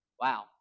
Wow